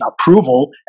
approval